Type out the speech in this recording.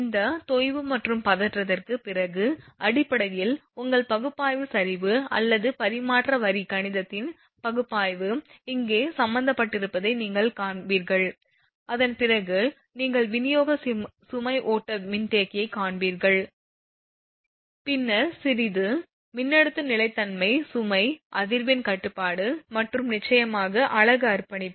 இந்த தொய்வு மற்றும் பதற்றத்திற்குப் பிறகு அடிப்படையில் உங்கள் பகுப்பாய்வு சரிவு மற்றும் பரிமாற்ற வரி கணிதத்தின் பகுப்பாய்வு இங்கே சம்பந்தப்பட்டிருப்பதை நீங்கள் காண்பீர்கள் அதன் பிறகு நீங்கள் விநியோக சுமை ஓட்ட மின்தேக்கியைக் காண்பீர்கள் பின்னர் சிறிது மின்னழுத்த நிலைத்தன்மை சுமை அதிர்வெண் கட்டுப்பாடு மற்றும் நிச்சயமாக அலகு அர்ப்பணிப்பு